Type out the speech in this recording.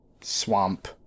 swamp